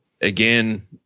Again